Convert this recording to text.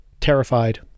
terrified